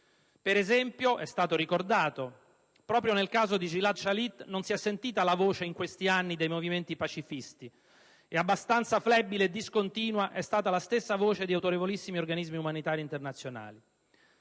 Per esempio, come è stato ricordato, in questi anni, proprio nel caso di Gilad Shalit non si è sentita la voce dei movimenti pacifisti e abbastanza flebile e discontinua è stata la stessa voce di autorevolissimi organismi umanitari internazionali.